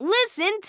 Listen